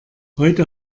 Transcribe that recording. heute